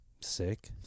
Sick